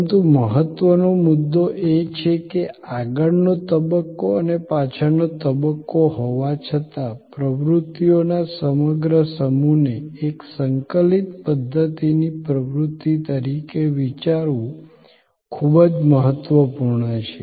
પરંતુ મહત્વનો મુદ્દો એ છે કે આ આગળનો તબક્કો અને પાછળનો તબક્કો હોવા છતાં પ્રવૃત્તિઓના સમગ્ર સમૂહને એક સંકલિત પધ્ધતિની પ્રવૃત્તિ તરીકે વિચારવું ખૂબ જ મહત્વપૂર્ણ છે